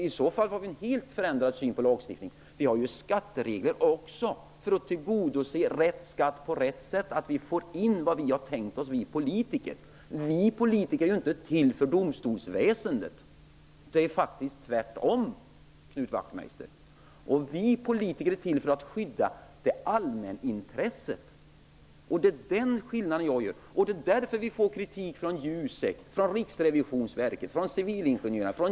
I så fall har vi en helt förändrad syn på lagstiftningen. Vi har ju skatteregler också för att tillgodose att rätt skatt tas ut på rätt sätt, att vi politiker får in det vi har tänkt oss. Vi politiker är inte till för domstolsväsendet. Det är faktiskt tvärtom, Knut Wachtmeister. Vi politiker är till för att skydda allmänintresset. Det är den skillnaden jag gör. Det är därför vi får kritik från TCO.